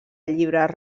llibres